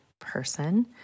person